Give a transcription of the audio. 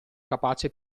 capace